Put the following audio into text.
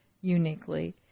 uniquely